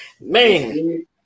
Man